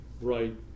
right